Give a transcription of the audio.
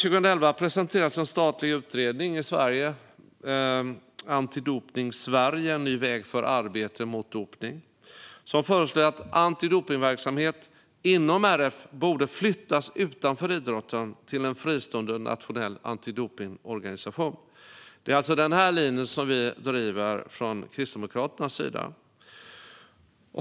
Redan 2011 presenterades en statlig utredning i Sverige, Antidopning Sverige - En ny väg för arbetet mot dopning , som föreslog att antidopningsverksamheten inom RF borde flyttas utanför idrotten till en fristående nationell antidopningsorganisation. Det är alltså denna linje som vi driver från Kristdemokraternas sida.